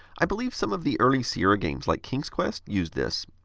i believe some of the early sierra games like kings quest used this.